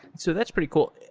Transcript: so that's pretty cool.